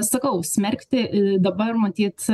sakau smerkti dabar matyt